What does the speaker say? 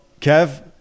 kev